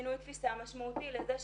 שינוי תפיסה משמעותי לזה שכן,